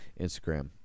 Instagram